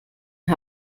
ein